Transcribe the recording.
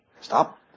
Stop